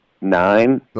nine